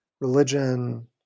religion